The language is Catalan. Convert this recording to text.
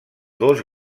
dos